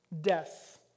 death